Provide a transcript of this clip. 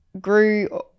grew